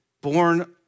born